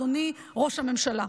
אדוני ראש הממשלה.